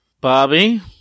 Bobby